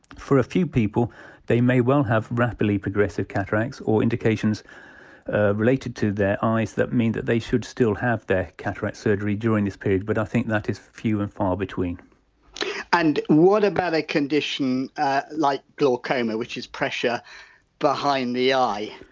for a few people they may well have rapidly progressive cataracts or indications ah related to their eyes that mean that they should still have their cataract surgery during this period but i think that is few and far between and what about a condition like glaucoma, which is pressure behind the eye?